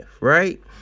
right